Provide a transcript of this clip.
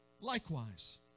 likewise